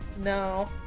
No